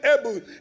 able